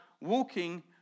walking